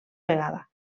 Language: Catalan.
vegada